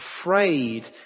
afraid